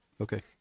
Okay